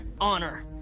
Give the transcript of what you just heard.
Honor